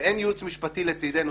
ואין ייעוץ משפטי לצידנו,